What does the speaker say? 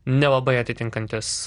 nelabai atitinkantis